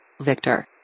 Victor